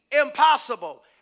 impossible